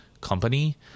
company